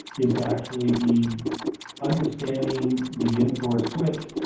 is to actually be understanding the mtor switch,